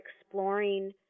exploring